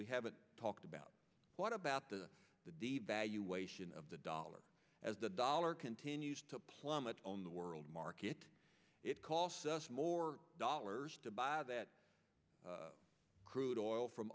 we haven't talked about what about the devaluation of the dollar as the dollar continues to plummet on the world market it costs us more dollars to buy that crude oil from